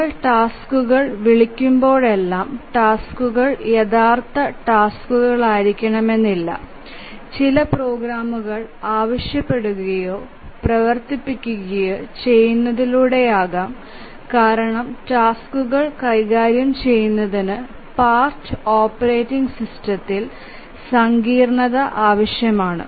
നമ്മൾ ടാസ്ക്കുകൾ വിളിക്കുമ്പോഴെല്ലാം ടാസ്ക്കുകൾ യഥാർത്ഥ ടാസ്ക്കുകളായിരിക്കില്ല ചില പ്രോഗ്രാമുകൾ ആവശ്യപ്പെടുകയോ പ്രവർത്തിപ്പിക്കുകയോ ചെയ്യുന്നതിലൂടെയാകാം കാരണം ടാസ്ക്കുകൾ കൈകാര്യം ചെയ്യുന്നതിന് പാർട്ട് ഓപ്പറേറ്റിംഗ് സിസ്റ്റത്തിൽ സങ്കീർണ്ണത ആവശ്യമാണ്